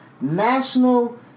national